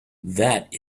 that